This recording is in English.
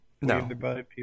No